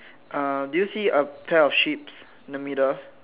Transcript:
uh do you see a pair of sheeps in the middle